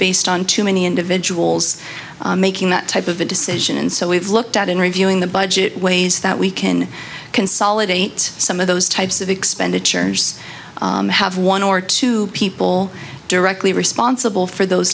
based on too many individuals making that type of a decision and so we've looked at in reviewing the budget ways that we can consolidate some of those types of expenditures have one or two people directly responsible for those